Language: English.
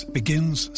begins